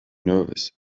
nervous